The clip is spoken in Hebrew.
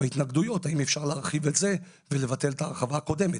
בהתנגדויות - האם אפשר להרחיב את זה ולבטל את ההרחבה הקודמת,